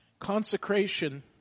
Consecration